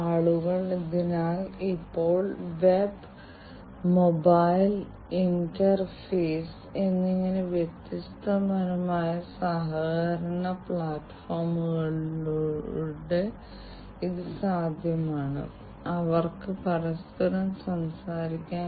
IT സാങ്കേതികവിദ്യ പ്രയോജനപ്പെടുത്തി പ്രത്യേകിച്ച് നെറ്റ്വർക്കിംഗ് വശം ആശയവിനിമയം നെറ്റ്വർക്കിംഗ് എന്നിവയുമായി ബന്ധപ്പെട്ട് പരമ്പരാഗത ഓട്ടോമേഷൻ സാങ്കേതികതകളെ IIoT അടിസ്ഥാനപരമായി പരിഷ്ക്കരിക്കുന്നു